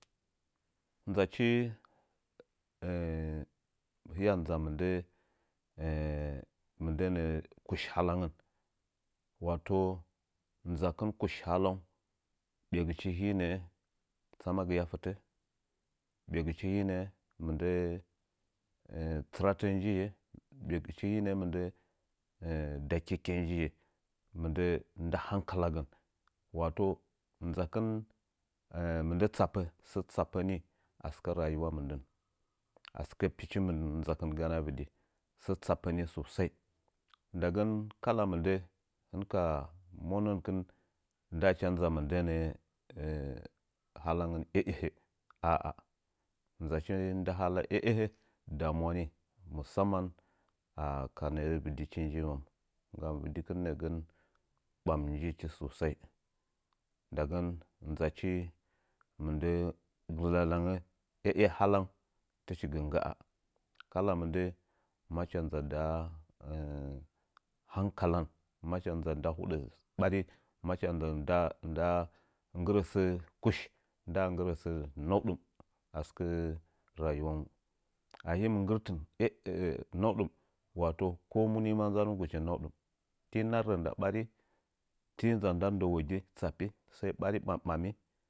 Də achi hiya dəa mɨndə mɨridə nə'ə kush halangən wato nzakɨn kush halau ɓegɨchi hinə'ə tsamagiya ftə bagɨchi hinə'ə mɨndə tsɨratə njiye begɨchi hi nə'ə mɨndə dakekke njiye mɨndə nda hankala gən wato ndzakɨn mɨndə tsapə mɨndə tsapəni asɨkə rayiwa mɨndən asɨkə pichi nzakɨn janəa vɨdi səə tsapəni susai ndagən kala mɨndə hinka monə nkin ndaacha ndza mɨndə nə'ə halangən eh'eh la'a nzachi nda hala ‘e'ehə damuwa ni musaman are kanə'ə vɨdichi njiməm vɨdikɨn nə'ə gən ɓam njichi susai ndagən ndzachi mɨndə gurzazang ‘e'eh halaung tɨchi gɨ ngga'a kala mɨndə in acha ndza nda hankalan macha ndza nda hudə ɓari, nggɨrə sə kush ndsa nggirə sə nauɗɨm asɨkə rayiwaung ahim nggɨrtɨn e naudim wato komu ni ma ndzanugɨchi naudum fii nərrə nda ɓari ti ndza nda ndəwogi tsapi sai ɓari ɓam-ba-mmi.